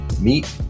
meet